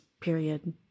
period